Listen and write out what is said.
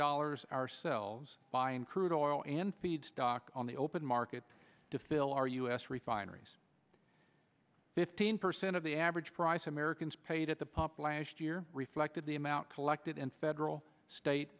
dollars ourselves buy in crude oil and feedstock on the open market to fill our u s refineries fifteen percent of the average price americans paid at the pump last year reflected the amount collected in federal state